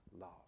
love